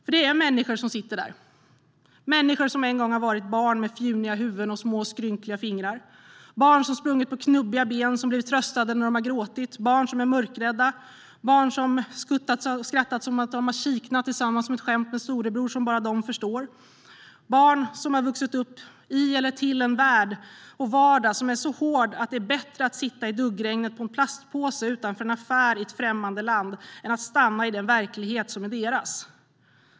För det är människor som sitter där - människor som en gång varit barn med fjuniga huvuden och små, skrynkliga fingrar. Barn som sprungit på knubbiga ben och som blivit tröstade när de gråtit. Barn som har varit mörkrädda, barn som skrattat så de kiknat tillsammans med storebror åt ett skämt som bara de förstår, barn som drömt, längtat och hoppats. Barn som har vuxit upp i eller till en värld och vardag som är så hård att det är bättre att sitta i duggregnet på en plastpåse utanför en affär i ett främmande land än att stanna kvar i den verklighet som är deras.